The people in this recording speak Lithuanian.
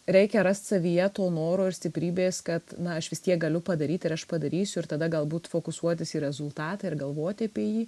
reikia rast savyje to noro ir stiprybės kad na aš vis tiek galiu padaryt ir aš padarysiu ir tada galbūt fokusuotis į rezultatą ir galvoti apie jį